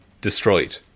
destroyed